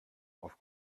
auf